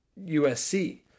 USC